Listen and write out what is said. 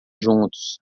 juntos